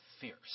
fierce